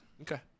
Okay